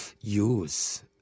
use